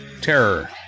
terror